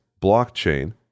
blockchain